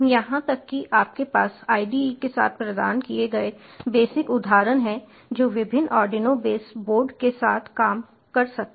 यहां तक कि आपके पास IDE के साथ प्रदान किए गए बेसिक उदाहरण हैं जो विभिन्न आर्डिनो बेस बोर्ड के साथ काम कर सकते हैं